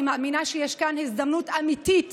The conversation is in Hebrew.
אני מאמינה שיש כאן הזדמנות אמיתית